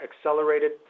accelerated